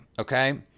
Okay